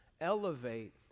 elevate